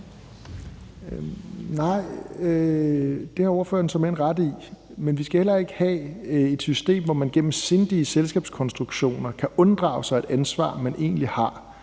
Nej, det har ordføreren såmænd ret i. Men vi skal heller ikke have et system, hvor man gennem sindige selskabskonstruktioner kan unddrage sig et ansvar, man egentlig har.